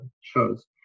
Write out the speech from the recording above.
shows